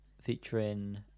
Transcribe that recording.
featuring